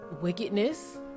wickedness